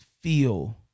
feel